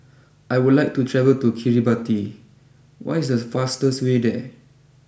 I would like to travel to Kiribati what is the fastest way there